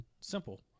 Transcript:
simple